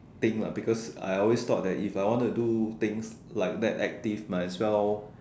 thing lah because I always thought that if I want to do things like that active might as well